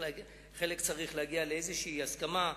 בחלק צריך להגיע לאיזושהי הסכמה.